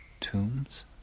tombs